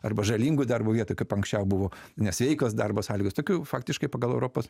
arba žalingų darbo vietų kaip anksčiau buvo nesveikos darbo sąlygos tokių faktiškai pagal europos